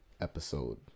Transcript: episode